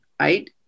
right